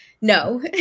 No